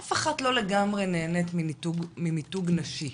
אף אחת לא לגמרי נהנית ממיתוג נשי,